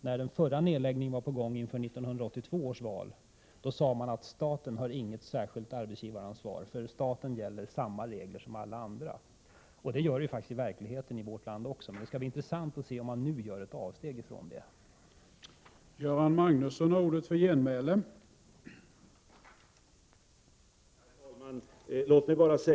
När en nedläggning var på gång före 1982 års val, sade man att staten inte hade något särskilt arbetsgivaransvar, för staten gäller samma regler som för alla andra. Så är i verkligheten fallet i vårt land, men det skall bli intressant att se om man nu gör ett avsteg från detta.